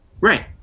Right